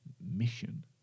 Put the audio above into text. mission